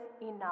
enough